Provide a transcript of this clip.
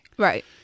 Right